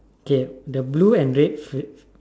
K the blue red face